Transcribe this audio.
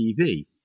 TV